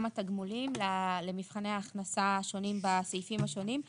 התגמולים; למבחני ההכנסה השונים בסעיפים השונים.